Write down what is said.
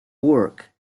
work